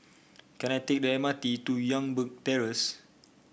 can I take the M R T to Youngberg Terrace